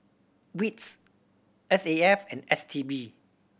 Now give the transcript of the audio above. wits S A F and S T B